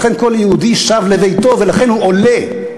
לכן כל יהודי שב לביתו, ולכן הוא עולה.